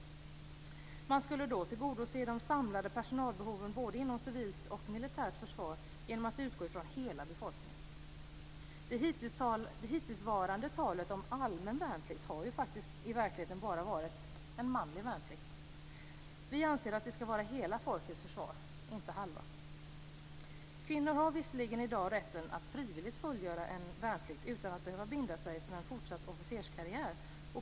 Man skulle då tillgodose de samlade personalbehoven både inom civilt och militärt försvar genom att utgå från hela befolkningen. Trots det hittillsvarande talet om allmän värnplikt har det ju faktiskt i verkligheten bara varit manlig värnplikt. Vi anser att det skall vara hela folkets försvar - inte halva. Kvinnor har visserligen i dag rätten att frivilligt fullgöra en värnplikt utan att behöva binda sig för en fortsatt officerskarriär.